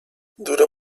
duro